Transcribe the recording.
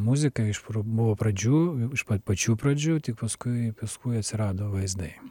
muzika iš pra buvo pradžių jau iš pat pačių pradžių tik paskui paskui atsirado vaizdai